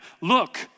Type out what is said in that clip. look